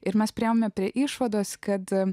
ir mes priėjome prie išvados kad